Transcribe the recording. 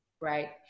right